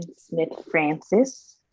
Smith-Francis